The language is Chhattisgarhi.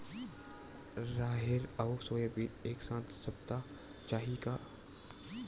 राहेर अउ सोयाबीन एक साथ सप्ता चाही का?